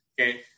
okay